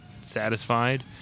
satisfied